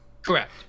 Correct